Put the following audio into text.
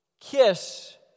kiss